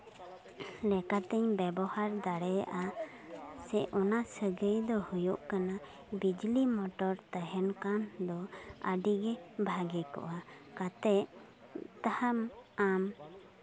ᱞᱮᱠᱟᱛᱤᱧ ᱵᱮᱵᱚᱦᱟᱨ ᱫᱟᱲᱮᱭᱟᱜᱼᱟ ᱥᱮ ᱚᱱᱟ ᱥᱟᱹᱜᱟᱹᱭ ᱫᱚ ᱦᱩᱭᱩᱜ ᱠᱟᱱᱟ ᱵᱤᱡᱽᱞᱤ ᱢᱚᱴᱚᱨ ᱛᱟᱦᱮᱱ ᱠᱟᱱ ᱫᱚ ᱟᱹᱰᱤᱜᱮ ᱵᱷᱟᱹᱜᱤ ᱠᱚᱜᱼᱟ ᱠᱟᱛᱮᱜ ᱛᱟᱦᱟᱸᱢ ᱟᱢ